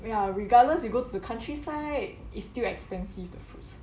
ya regardless you go to the countryside is still expensive the fruits